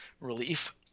relief